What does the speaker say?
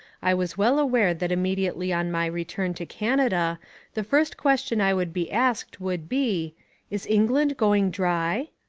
i was well aware that immediately on my return to canada the first question i would be asked would be is england going dry?